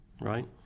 right